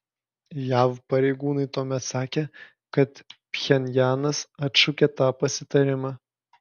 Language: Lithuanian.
jav pareigūnai tuomet sakė kad pchenjanas atšaukė tą pasitarimą